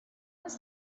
was